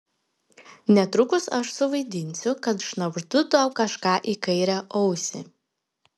netrukus aš suvaidinsiu kad šnabždu tau kažką į kairę ausį